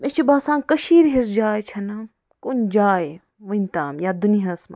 مےٚ چھُ باسان کٔشیٖرِ ہِش جاے چھےٚ نہٕ کُنہِ جاے ؤنہِ تام یتھ دُنیاہس منٛز